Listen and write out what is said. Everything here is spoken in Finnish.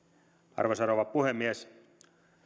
arvoisa rouva puhemies